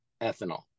ethanol